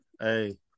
Hey